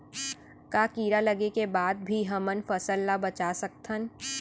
का कीड़ा लगे के बाद भी हमन फसल ल बचा सकथन?